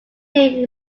name